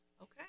Okay